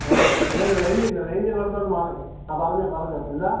ഏ ഇതില്ല റേഞ്ചില്ല റേഞ്ചുള്ളയിടത്തോട്ട് മാറ് ആ പറഞ്ഞുകൊള്ളൂ പറഞ്ഞുകൊള്ളൂ എന്താണ്